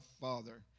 Father